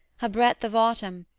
a breadth of autumn,